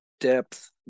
depth